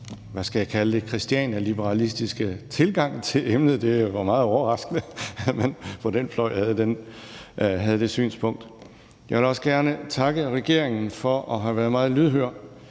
hvad skal jeg kalde det – Christianialiberalistiske tilgang til emnet. Det var jo meget overraskende, at den fløj havde det synspunkt. Jeg vil også gerne takke regeringen for at have været meget lydhør,